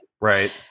Right